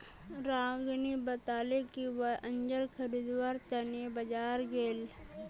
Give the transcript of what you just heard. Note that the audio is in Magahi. रागिनी बताले कि वई अंजीर खरीदवार त न बाजार गेले